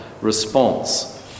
response